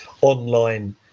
online